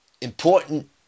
important